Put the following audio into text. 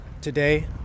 today